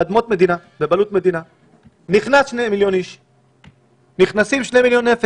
כי אנחנו יודעים לעשות יותר טוב לפלסטינים, רש